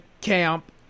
Camp